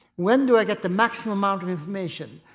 when do i get the maximum amount of information?